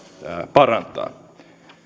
parantaa